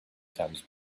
times